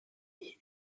famille